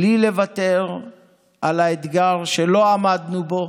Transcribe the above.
בלי לוותר על האתגר שלא עמדנו בו,